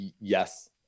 Yes